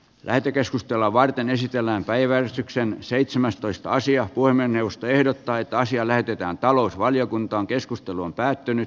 lähetekeskustelua varten esitellään päiväystyksen seitsemäs toista asiaa voimme neuvosto ehdottaa että asia näytetään talousvaliokuntaan keskustelu on päättynyt